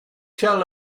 tell